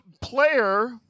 player